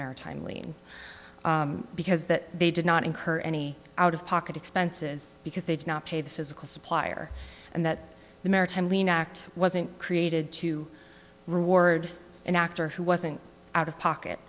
maritime lien because that they did not incur any out of pocket expenses because they did not pay the physical supplier and that the maritime lien act wasn't created to reward an actor who wasn't out of pocket